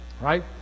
Right